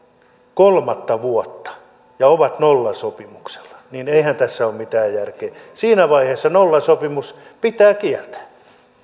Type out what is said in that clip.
kolmatta vuotta ja ovat nollasopimuksella niin eihän tässä ole mitään järkeä siinä vaiheessa nollasopimus pitää kieltää